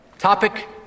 Topic